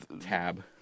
Tab